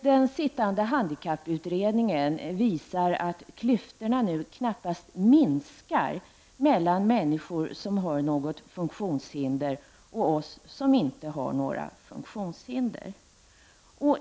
Den sittande handikapputredningen visar att klyftorna nu knappast minskar mellan människor som har något funktionshinder och oss som inte har sådana hinder.